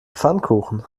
pfannkuchen